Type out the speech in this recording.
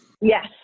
Yes